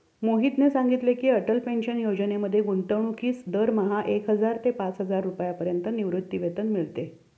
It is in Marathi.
मोहनने सांगितले की, अटल पेन्शन योजनेत गुंतवणूकीस दरमहा एक हजार ते पाचहजार रुपयांपर्यंत निवृत्तीवेतन मिळते